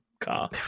car